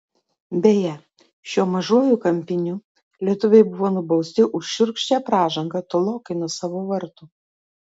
beje šiuo mažuoju kampiniu lietuviai buvo nubausti už šiurkščią pražangą tolokai nuo savų vartų